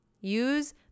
Use